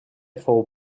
fou